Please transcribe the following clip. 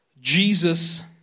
Jesus